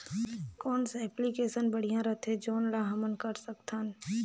कौन सा एप्लिकेशन बढ़िया रथे जोन ल हमन कर सकथन?